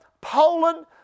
Poland